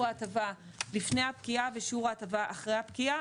ההטבה לפני הפקיעה ושיעור ההטבה אחרי הפקיעה,